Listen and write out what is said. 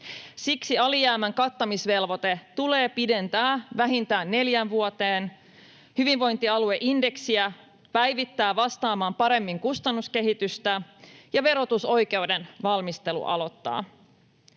Siksi alijäämän kattamisvelvoite tulee pidentää vähintään neljään vuoteen, hyvinvointialueindeksiä päivittää vastaamaan paremmin kustannuskehitystä ja verotusoikeuden valmistelu aloittaa.